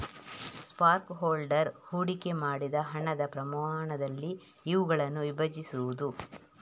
stock holder ಹೂಡಿಕೆ ಮಾಡಿದ ಹಣದ ಪ್ರಮಾಣದಲ್ಲಿ ಇವುಗಳನ್ನು ವಿಭಜಿಸುವುದು